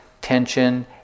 tension